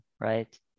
right